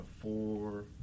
Four